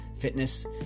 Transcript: fitness